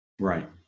Right